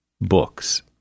books